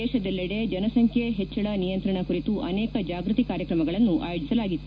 ದೇಶದಲ್ಲೆಡೆ ಜನಸಂಖ್ಯೆ ಹೆಚ್ಚಳ ನಿಯಂತ್ರಣ ಕುರಿತು ಅನೇಕ ಜಾಗೃತಿ ಕಾರ್ಯಕ್ರಮಗಳನ್ನು ಆಯೋಜಿಸಲಾಗಿತ್ತು